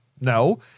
no